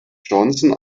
johnson